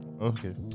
Okay